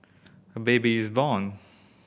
a baby is born